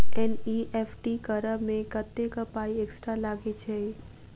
NEFT करऽ मे कत्तेक पाई एक्स्ट्रा लागई छई?